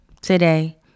today